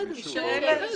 אישור תקן.